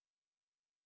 yeah